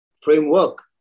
framework